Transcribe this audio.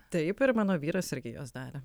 taip ir mano vyras irgi juos darė